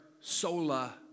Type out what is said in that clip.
sola